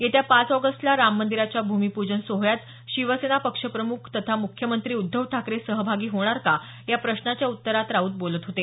येत्या पाच ऑगस्टला राम मंदीरच्या भूमिपूजन सोहळ्यात शिवसेना पक्षप्रम्ख तथा मुख्यमंत्री उद्धव ठाकरे सहभागी होणार का या प्रश्नाच्या उत्तरात राऊत बोलत होते